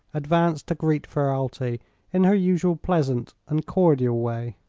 advanced to greet ferralti in her usual pleasant and cordial way.